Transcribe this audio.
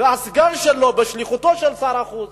והסגן שלו, בשליחותו של שר החוץ,